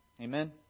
Amen